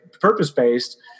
purpose-based